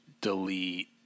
delete